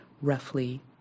roughly